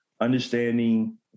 understanding